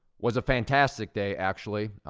was a fantastic day, actually.